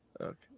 Okay